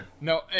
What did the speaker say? No